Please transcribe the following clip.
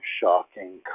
shocking